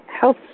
Health